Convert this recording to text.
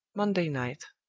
monday night